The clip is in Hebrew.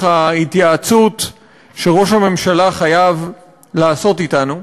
ההתייעצות שראש הממשלה חייב לעשות אתנו,